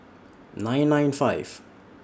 nine nine five